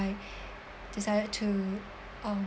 decided to um